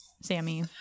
Sammy